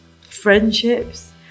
friendships